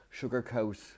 sugarcoat